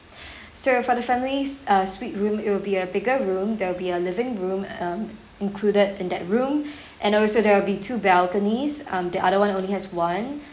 so for the families uh suite room it will be a bigger room there will be a living room um included in that room and also there will be two balconies um the other [one] only has one